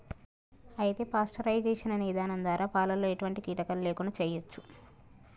అయితే పాస్టరైజేషన్ అనే ఇధానం ద్వారా పాలలో ఎటువంటి కీటకాలు లేకుండా చేయచ్చు